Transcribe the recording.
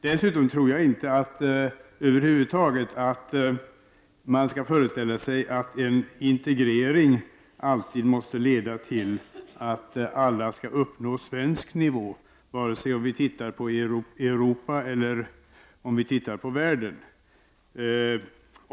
Dessutom tror jag inte att man över huvud taget skall föreställa sig att en integrering alltid måste leda till att alla skall uppnå svensk nivå, vare sig man tittar på Europa eller man tittar på världen.